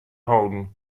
holden